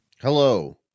Hello